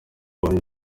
abantu